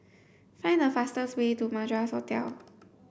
find the fastest way to Madras Hotel